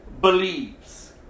believes